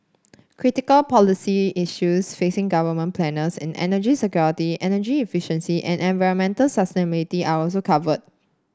critical policy issues facing government planners in energy security energy efficiency and environmental sustainability are also covered